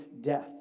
death